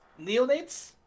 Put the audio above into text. neonates